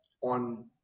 on